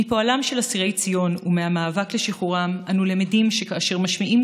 מפועלם של אסירי ציון ומהמאבק לשחרורם אנו למדים שכאשר משמיעים